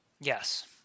yes